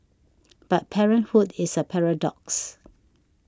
but parenthood is a paradox